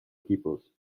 equipos